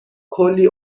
کلی